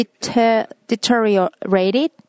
deteriorated